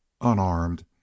unarmed